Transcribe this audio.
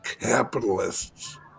capitalists